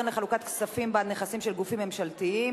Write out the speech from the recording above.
(קרן לחלוקת כספים בעד נכסים של גופים ממשלתיים),